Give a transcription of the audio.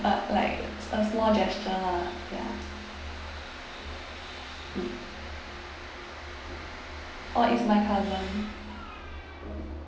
but like a small gesture lah ya mm orh is my cousin